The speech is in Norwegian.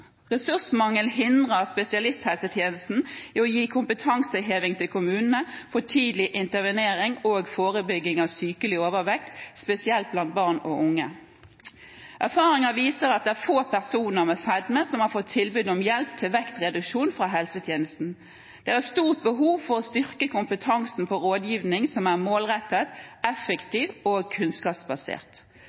hindrer spesialisthelsetjenesten i å gi kompetanseheving til kommunene for tidlig intervenering og forebygging av sykelig overvekt, spesielt blant barn og unge. Erfaringer viser at det er få personer med fedme som har fått tilbud om hjelp til vektreduksjon fra helsetjenesten. Det er et stort behov for å styrke kompetansen på rådgivning som er målrettet, effektiv og kunnskapsbasert.